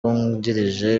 wungirije